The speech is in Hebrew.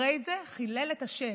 הרי זה חילל את השם".